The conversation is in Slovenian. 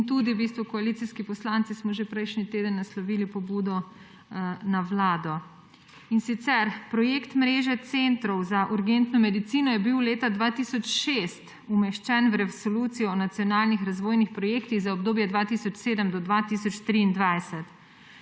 in koalicijski poslanci smo prejšnji teden že tudi naslovili pobudo na Vlado. Projekt mreže centrov za urgentno medicino je bil leta 2006 umeščen v Resolucijo o nacionalnih razvojnih projektih za obdobje 2007–2023.